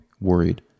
worried